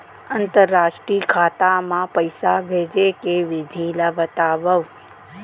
अंतरराष्ट्रीय खाता मा पइसा भेजे के विधि ला बतावव?